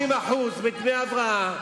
גברת רוחמה אברהם,